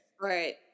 Right